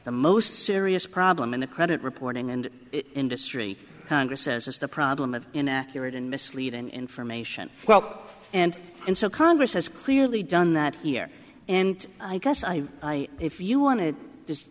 the most serious problem in the credit reporting and industry congress says is the problem of inaccurate and misleading information well and and so congress has clearly done that here and i guess i if you want to just